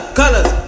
colors